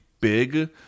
big